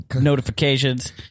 notifications